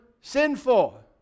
sinful